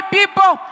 people